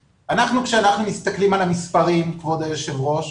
כשאנחנו מסתכלים על המספרים, כבוד היושב ראש,